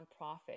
nonprofit